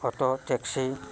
auto taxi